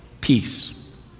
peace